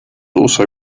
also